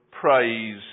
praise